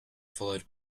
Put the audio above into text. followed